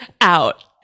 out